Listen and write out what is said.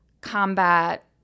Combat